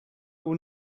will